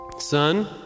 Son